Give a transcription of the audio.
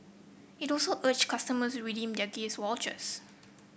it also urged customer redeem their gift vouchers